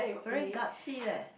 very gassy leh